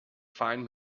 find